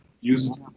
Use